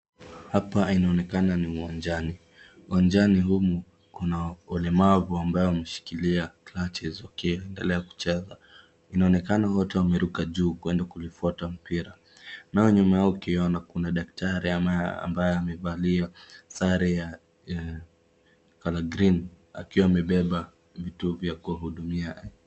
Hapa inaonekana ni uwanjani, uwanjani humu kuna walemavu ambao wameshikilia clutches wakiendelea kucheza. Inaonekana wote wameruka juu kuenda kulifwata mpira nao nyuma yao ukiona kuna daktari ama ambaye amevalia sare ya colour green akiwa amebeba vitu vya kuhudumia.